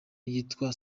yitwa